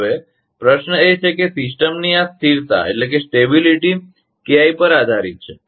હવે પ્રશ્ન એ છે કે સિસ્ટમની આ સ્થિરતા KI પર આધારિત છે